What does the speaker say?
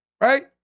right